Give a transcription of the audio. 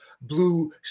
Blue